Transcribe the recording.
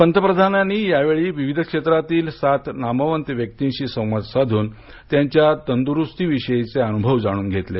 पंतप्रधानांनी यावेळी विविध क्षेत्रातील सात नामवंत व्यक्तिंशी संवाद साधून त्यांच्या तंदुरूस्ती विषयीचे अनुभव जाणून घेतले